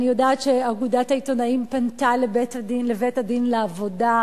אני יודעת שאגודת העיתונאים פנתה לבית-הדין לעבודה.